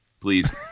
please